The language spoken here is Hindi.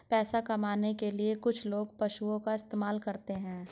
पैसा कमाने के लिए कुछ लोग पशुओं का इस्तेमाल करते हैं